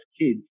kids